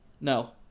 no